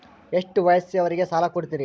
ಎಷ್ಟ ವಯಸ್ಸಿನವರಿಗೆ ಸಾಲ ಕೊಡ್ತಿರಿ?